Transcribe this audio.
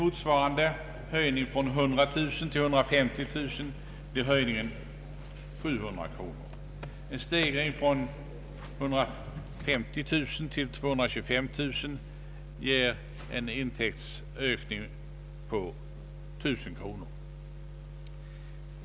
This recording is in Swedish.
Vid motsvarande höjning från 100 000 till 150 000 kronor blir intäktshöjningen 700 kronor. En stegring från 150 000 till 225 000 kronor ger en intäktsökning på 1000 kronor.